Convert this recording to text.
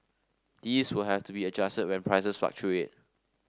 these will have to be adjusted when prices fluctuate